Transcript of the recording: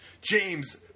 James